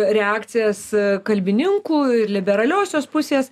reakcijas kalbininkų ir liberaliosios pusės